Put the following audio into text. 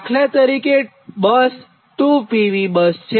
દાખલા તરીકે bus 2 PV bus છે